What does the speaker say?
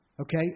Okay